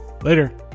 later